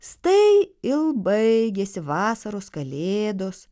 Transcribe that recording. stai il baigėsi vasaros kalėdos